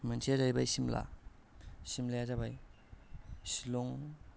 मोनसेया जाहैबाय शिमला शिमलाया जाबाय शिलं